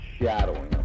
shadowing